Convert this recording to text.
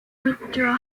withdraw